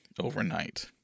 overnight